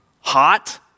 Hot